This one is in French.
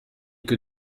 que